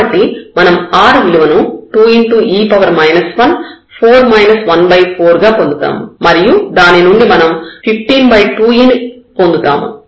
కాబట్టి మనం r విలువను 2e 14 14 గా పొందుతాము మరియు దాని నుండి మనం 152e ని పొందుతాము